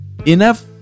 Enough